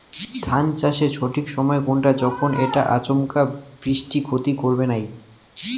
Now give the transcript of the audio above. ধান চাষের সঠিক সময় কুনটা যখন এইটা আচমকা বৃষ্টিত ক্ষতি হবে নাই?